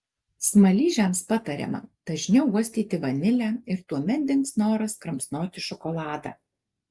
smaližiams patariama dažniau uostyti vanilę ir tuomet dings noras kramsnoti šokoladą